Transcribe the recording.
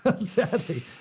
Sadly